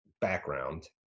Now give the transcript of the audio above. background